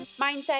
mindset